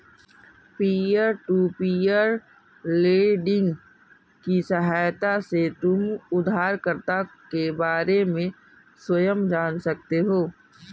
peer to peer lending की सहायता से तुम उधारकर्ता के बारे में स्वयं जान सकते हो